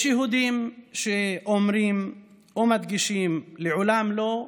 יש יהודים שאומרים ומדגישים "לעולם לא"